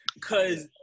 Cause